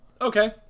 Okay